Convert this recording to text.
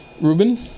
Ruben